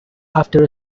after